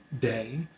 day